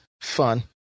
fun